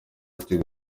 tigo